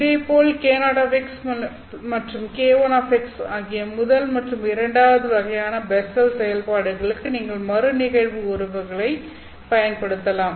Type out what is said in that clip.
இதேபோல் k0 மற்றும் k1 ஆகிய முதல் மற்றும் இரண்டாவது வகையான பெஸ்ஸல் செயல்பாடுகளுக்கு நீங்கள் சில மறுநிகழ்வு உறவுகளைப் பயன்படுத்தலாம்